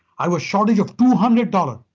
i was shortage of two hundred dollars.